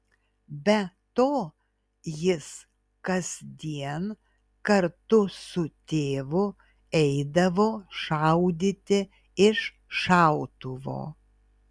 be to jis kasdien kartu su tėvu eidavo šaudyti iš šautuvo